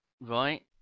Right